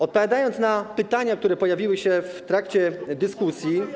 Odpowiadając na pytania, które pojawiły się w trakcie dyskusji.